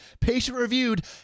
patient-reviewed